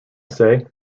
say